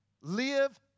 Live